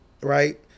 right